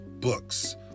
books